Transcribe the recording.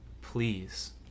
please